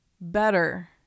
better